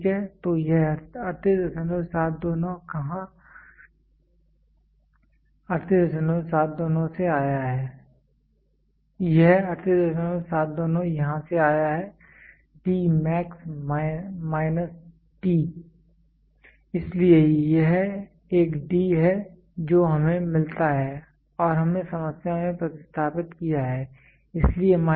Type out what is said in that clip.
तो यह 38729 कहाँ 38729 से आया है यह 38729 यहाँ से आया है D मैक्स माइनस t इसलिए यह एक D है जो हमें मिलता है और हमने समस्या में प्रतिस्थापित किया है इसलिए माइनस यह